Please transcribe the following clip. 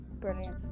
Brilliant